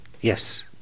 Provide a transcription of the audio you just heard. yes